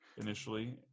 initially